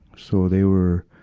so, they were,